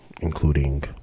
including